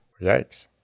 Yikes